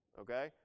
okay